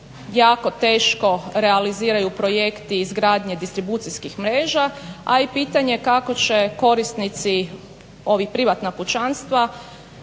jako teško realiziraju projekti izgradnje distribucijskih mreža, a i pitanje je kako će korisnici ova privatna kućanstva